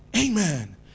Amen